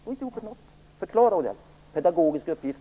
Att förklara sig här är en pedagogisk uppgift.